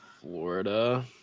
Florida